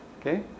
Okay